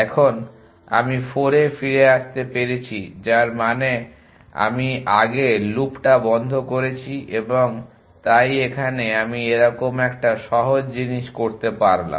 এখন আমি 4 এ ফিরে আসতে পেরেছি যার মানে আমি আগে লুপটা বন্ধ করেছি এবং তাই এখানে আমি এরকম একটা সহজ জিনিস করতে পারলাম